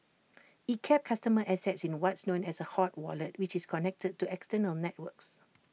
IT kept customer assets in what's known as A hot wallet which is connected to external networks